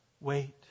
Wait